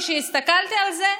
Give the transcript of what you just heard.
כשהסתכלתי על זה,